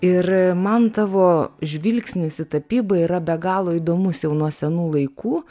ir man tavo žvilgsnis į tapybą yra be galo įdomus jau nuo senų laikų